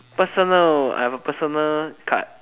personal I have a personal card